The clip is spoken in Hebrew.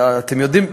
אתם יודעים,